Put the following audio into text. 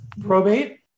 probate